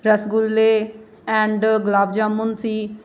ਰਸਗੁੱਲੇ ਐਂਡ ਗੁਲਾਬ ਜਾਮੁਨ ਸੀ